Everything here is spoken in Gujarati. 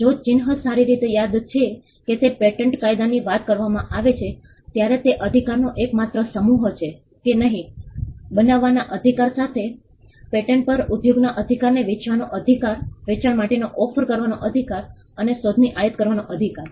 જો ચિન્હ સારી રીતે યાદ છે કે તે પેટન્ટ કાયદાની વાત કરવામાં આવે છે ત્યારે તે અધિકારનો એકમાત્ર સમૂહ છે કે નહીં બનાવવાના અધિકાર સાથેના પેટન્ટ પર ઉપયોગના અધિકારને વેચવાનો અધિકાર વેચાણ માટેનો ઓફર કરવાનો અધિકાર અને શોધની આયાત કરવાનો અધિકાર